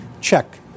check